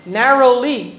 narrowly